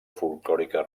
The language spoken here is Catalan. folklòrica